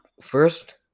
first